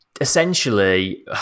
essentially